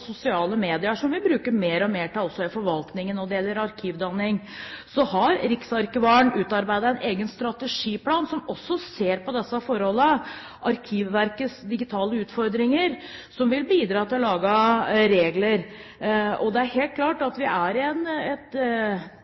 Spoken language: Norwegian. i forvaltningen. Når det gjelder arkivdanning, har riksarkivaren utarbeidet en egen strategiplan som også ser på disse forholdene, Arkivverkets digitale utfordringer, som vil bidra til å lage regler. Det er helt klart at vi er i et